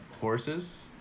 horses